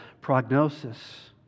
prognosis